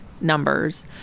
numbers